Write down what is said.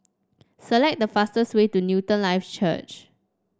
select the fastest way to Newton Life Church